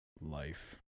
life